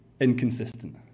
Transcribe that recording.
inconsistent